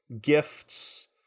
Gifts